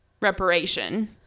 reparation